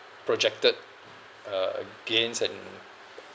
projected uh gains and